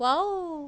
wow